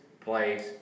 place